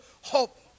hope